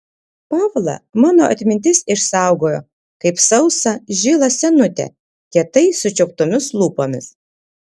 pavlą mano atmintis išsaugojo kaip sausą žilą senutę kietai sučiauptomis lūpomis